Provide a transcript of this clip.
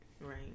right